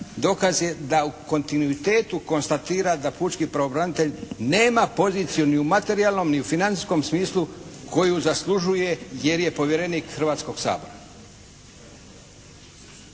dokaz je da u kontinuitetu konstatira da pučki pravobranitelj nema poziciju ni u materijalnom ni u financijskom smislu koju zaslužuje jer je povjerenik Hrvatskog sabora.